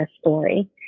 story